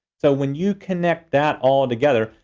so when you connect that all together,